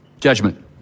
Judgment